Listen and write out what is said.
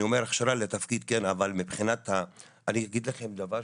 אני אומר הכשרה לתפקיד כן אבל אני אגיד לכם דבר,